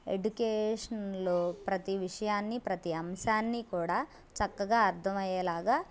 ఎడ్యుకేషన్లో ప్రతీ విషయాన్ని ప్రతీ అంశాన్ని కూడా చక్కగా అర్దం అయ్యేలాగా